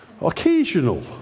occasional